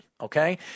okay